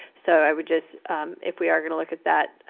so i would just if we are going to look at that,